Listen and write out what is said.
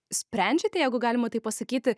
sprendžiate jeigu galima taip pasakyti